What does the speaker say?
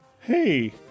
Hey